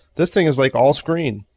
this thing is like all screen.